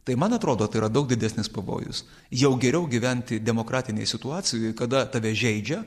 tai man atrodo tai yra daug didesnis pavojus jau geriau gyventi demokratinėj situacijoj kada tave žeidžia